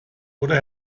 oder